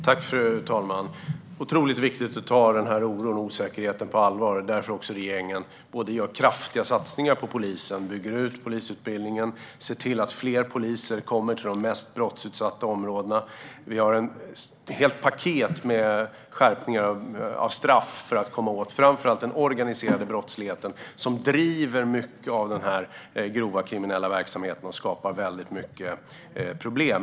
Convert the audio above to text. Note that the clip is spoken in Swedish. Fru talman! Det är otroligt viktigt att ta den här oron och osäkerheten på allvar. Det är därför regeringen också gör kraftiga satsningar på polisen - bygger ut polisutbildningen och ser till att fler poliser kommer till de mest brottsutsatta områdena. Vi har ett helt paket med skärpningar av straff för att komma åt framför allt den organiserade brottsligheten som driver mycket av den här grova kriminella verksamheten och skapar mycket problem.